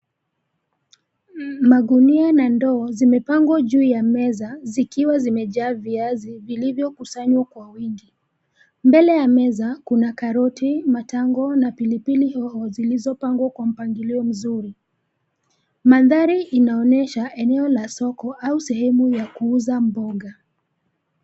Magunia na ndoo zimepangwa juu ya meza zikiwa zimejaa viazi vilivyokusanywa kwa wingi. Mbele ya meza kuna karoti, matango na pilipili hoho zilizopangwa kwa mpangilio mzuri. Mandhari inaonyesha eneo la soko au sehemu ya kuuza mboga.